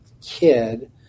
kid